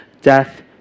Death